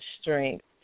strength